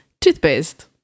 Toothpaste